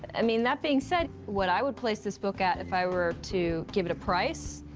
i mean, that being said, what i would place this book at if i were to give it a price,